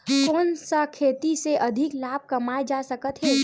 कोन सा खेती से अधिक लाभ कमाय जा सकत हे?